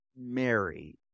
Mary